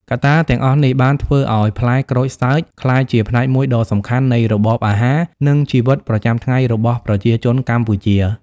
កត្តាទាំងអស់នេះបានធ្វើឲ្យផ្លែក្រូចសើចក្លាយជាផ្នែកមួយដ៏សំខាន់នៃរបបអាហារ និងជីវិតប្រចាំថ្ងៃរបស់ប្រជាជនកម្ពុជា។